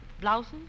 blouses